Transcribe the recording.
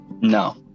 No